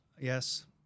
yes